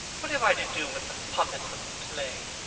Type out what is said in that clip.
what have i to do with the puppets of a play?